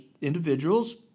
individuals